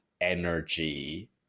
energy